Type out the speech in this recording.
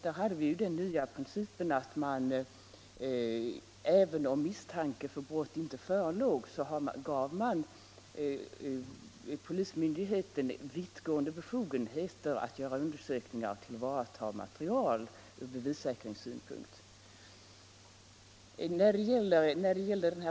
Det rörde sig där om den nya principen att polismyndigheten fick vittgående befogenheter att, fastän misstanke om brott inte förelåg, göra undersökningar och tillvarata material ur bevissäkringssynpunkt.